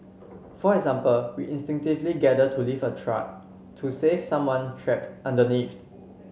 for example we instinctively gather to lift a truck to save someone trapped underneath